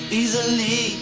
easily